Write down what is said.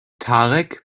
tarek